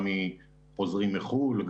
גם מחוזרים מחו"ל,